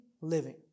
living